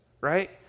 right